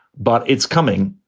but it's coming.